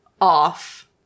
off